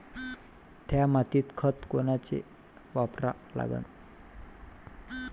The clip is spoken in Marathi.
थ्या मातीत खतं कोनचे वापरा लागन?